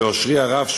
לאושרי הרב,